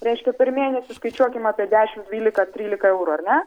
reiškia per mėnesį skaičiuokim apie dešim dvylika trylika eurų ar ne